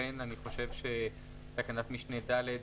לכן אני חושב שתקנת משנה (ד),